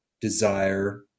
desire